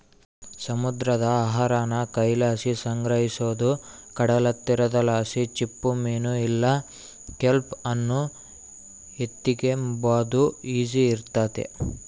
ಸಮುದ್ರ ಆಹಾರಾನ ಕೈಲಾಸಿ ಸಂಗ್ರಹಿಸೋದು ಕಡಲತೀರದಲಾಸಿ ಚಿಪ್ಪುಮೀನು ಇಲ್ಲ ಕೆಲ್ಪ್ ಅನ್ನು ಎತಿಗೆಂಬಾದು ಈಸಿ ಇರ್ತತೆ